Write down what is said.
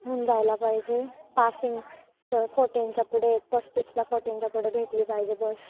होऊन जायला पाहिजे पासिंगचं फोर्टीनच्या पुढे पस्तीसला फोर्टीनच्यापुढे भेटली पाहिजे बस